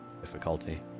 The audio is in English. difficulty